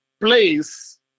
place